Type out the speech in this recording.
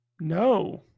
No